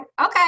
okay